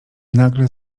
nagle